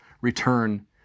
return